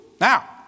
Now